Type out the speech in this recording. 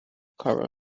corral